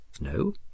No